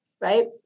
right